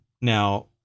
Now